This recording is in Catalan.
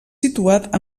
situat